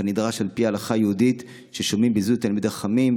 כנדרש על פי ההלכה היהודית כששומעים ביזוי תלמידי חכמים.